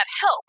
help